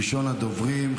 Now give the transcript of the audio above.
ראשונת הדוברים,